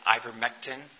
ivermectin